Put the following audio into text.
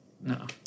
no